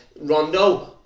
Rondo